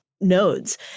nodes